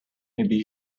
maybe